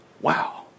Wow